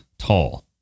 tall